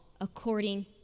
according